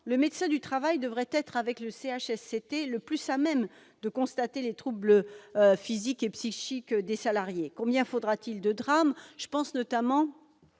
le médecin du travail devrait être, avec le CHSCT, le plus à même de constater les troubles physiques et psychiques des salariés. Combien faudra-t-il de drames ? Je pense notamment